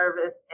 service